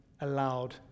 allowed